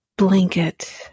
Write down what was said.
blanket